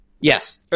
Yes